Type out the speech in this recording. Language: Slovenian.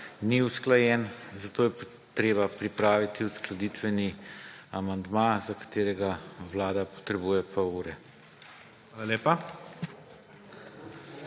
ni usklajen. Zato je treba pripraviti uskladitveni amandma, za katerega vlada potrebuje pol ure.